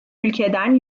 ülkeden